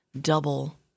double